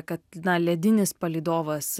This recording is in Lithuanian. kad na ledinis palydovas